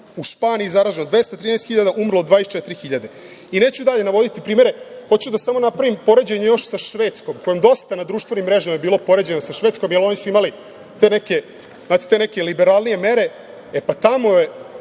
U Španiji zaraženo 213.000, umrlo 24.000.I neću dalje navoditi primere, hoću samo da napravim poređenje još sa Švedskom, fandosta na društvenim mrežama je bilo poređeno sa Švedskom, jel oni su imali te neke liberalnije mere. E, pa tamo je